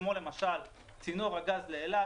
כמו למשל: צינור הגז לאילת,